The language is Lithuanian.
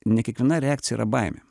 ne kiekviena reakcija yra baimė